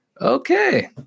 Okay